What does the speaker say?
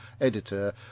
editor